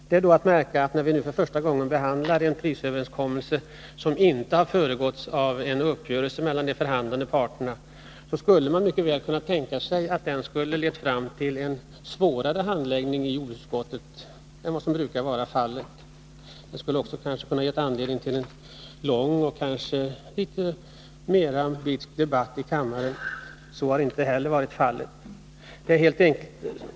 Det är att märka att när vi nu för första gången behandlar en prisöverenskommelse som inte har föregåtts av en uppgörelse mellan de förhandlande parterna, skulle man mycket väl kunna tänka sig att det skulle ha lett fram till en svårare handläggning i jordbruksutskottet än vad som brukar vara fallet. Det skulle kanske också ha kunnat ge anledning till en lång och litet mer bitsk debatt i kammaren. Så har inte heller varit fallet.